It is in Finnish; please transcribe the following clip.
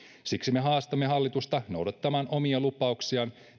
siksi me haastamme hallitusta noudattamaan omia lupauksiaan